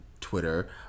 Twitter